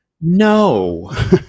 no